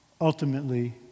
Ultimately